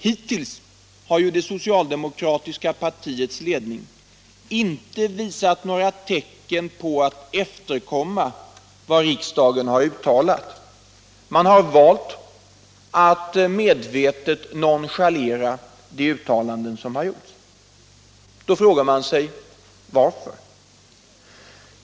Hittills har ju det socialdemokratiska partiets ledning inte visat några tecken på att efterkomma vad riksdagen har uttalat. Den har valt att medvetet nonchalera de uttalanden som gjorts. Då frågar man sig: Varför?